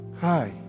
Hi